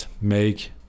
make